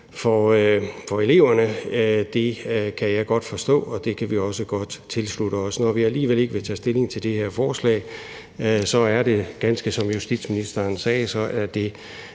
for eleverne, kan jeg godt forstå, og det kan vi også godt tilslutte os. Når vi alligevel ikke vil tage stilling til det her forslag, er det, ganske som justitsministeren sagde, ud fra en